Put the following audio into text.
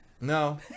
No